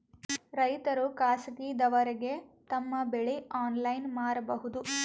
ರೈತರು ಖಾಸಗಿದವರಗೆ ತಮ್ಮ ಬೆಳಿ ಆನ್ಲೈನ್ ಮಾರಬಹುದು?